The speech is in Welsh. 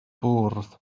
bwrdd